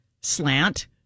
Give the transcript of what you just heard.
Slant